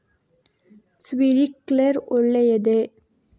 Sprinkler ಒಳ್ಳೇದೇ?